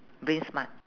brain smart